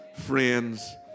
friends